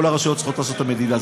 כל הרשויות צריכות לעשות את המדידה.